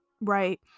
right